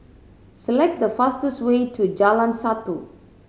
select the fastest way to Jalan Satu